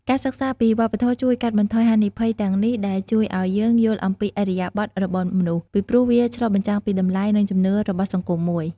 ការសិក្សាពីវប្បធម៌ជួយកាត់បន្ថយហានិភ័យទាំងនេះ ដែលជួយឲ្យយើងយល់អំពីឥរិយាបទរបស់មនុស្ស ពីព្រោះវាឆ្លុះបញ្ចាំងពីតម្លៃ និងជំនឿរបស់សង្គមមួយ។